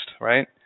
right